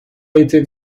été